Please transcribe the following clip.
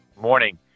Morning